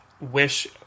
wish